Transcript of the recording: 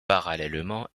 parallèlement